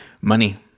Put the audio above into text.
Money